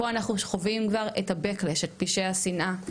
פה אנחנו חווים כבר את פשעי השנאה,